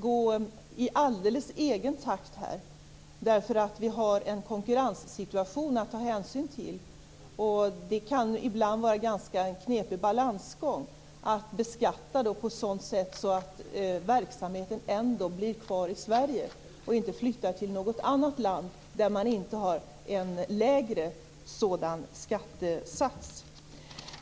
gå i en alldeles egen takt här, därför att vi har en konkurrenssituation att ta hänsyn till. Det kan ibland vara en ganska knepig balansgång att beskatta på ett sådant sätt att verksamheten ändå blir kvar i Sverige och inte flyttar till något annat land som har en lägre sådan skattesats.